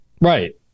Right